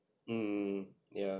mm yeah